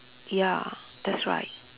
ya that's right